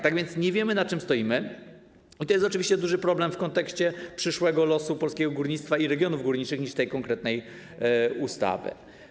Tak więc nie wiemy, na czym stoimy, i to jest oczywiście duży problem w kontekście przyszłego losu polskiego górnictwa i regionów górniczych, większy niż w odniesieniu do tej konkretnej ustawy.